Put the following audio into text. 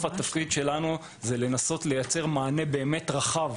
התפקיד שלנו הוא לייצר מענה רחב,